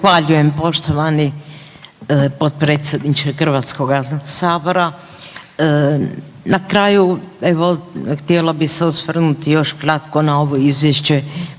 zahvaljujem poštovani potpredsjedniče HS-a, na kraju evo, htjela bi se osvrnuti još kratko na ove Izvješće